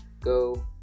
go